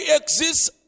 exists